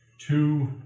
two